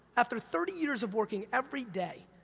after thirty years of working every day,